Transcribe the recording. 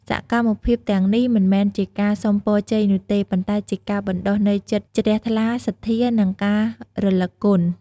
សកម្មភាពទាំងនេះមិនមែនជាការសុំពរជ័យនោះទេ ប៉ុន្តែជាការបណ្ដុះនូវចិត្តជ្រះថ្លា សទ្ធា និងការរលឹកគុណ។